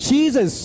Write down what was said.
Jesus